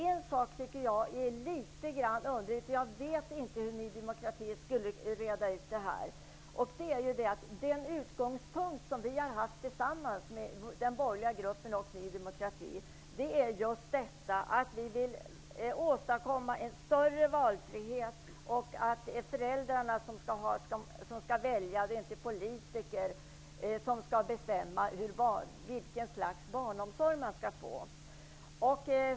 En sak tycker jag dock är litet underlig, och jag vet inte på vilket sätt Ny demokrati skall reda ut den. Den utgångspunkt den borgerliga gruppen och Ny demokrati har haft tillsammans är att vi vill åstadkomma större valfrihet. Det är föräldrarna som skall välja. Det är inte politikerna som skall bestämma vilket slags barnomsorg man skall få.